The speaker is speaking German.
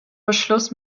beschluss